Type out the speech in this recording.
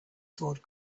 sword